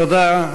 תודה.